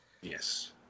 Yes